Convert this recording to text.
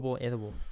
edible